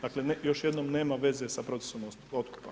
Dakle, ne, još jednom nema veze sa procesom otkupa.